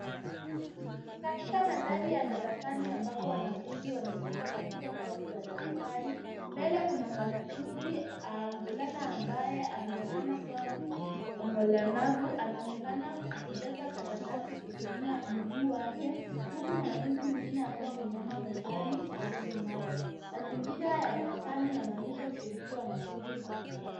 Ni katika mandhari ya darasani ambapo wanafunzi wanahusika katika kazi za darasani. Mbele kuna mwanafunzi mvulana ambaye anaonekana kuwa mlemavu. Anaonekana akijaza karatasi kwa kutumia mguu wake, huku mwanafunzi mwingine akiwa ameinama mezani karibu naye. Mazingira ya darasani yanaonyesha ushiriki wa wanafunzi mbalimbali.